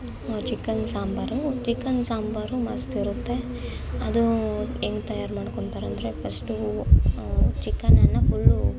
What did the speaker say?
chicken sambar chicken sambar ಮಸ್ತ್ ಇರುತ್ತೆ ಅದು ಹೆಂಗೆ ತಯಾರು ಮಾಡ್ಕೊಳ್ತಾರೆಂದ್ರೆ ಫಸ್ಟು ಚಿಕನನ್ನು ಫುಲ್ಲು